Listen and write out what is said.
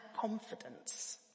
confidence